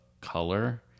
color